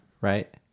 Right